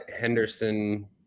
Henderson